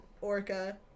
Orca